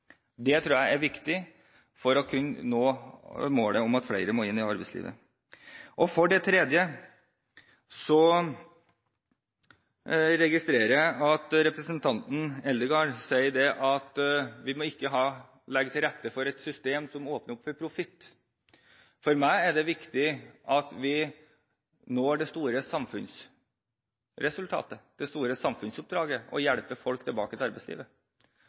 Det tror jeg er viktig for å kunne nå målet om å få flere inn i arbeidslivet. For det tredje registrerer jeg at representanten Eldegard sier at vi ikke må legge til rette for et system som åpner opp for profitt. For meg er det viktig at vi når det store samfunnsresultatet, det store samfunnsoppdraget, og hjelper folk tilbake til arbeidslivet.